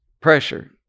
pressure